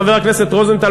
חבר הכנסת רוזנטל,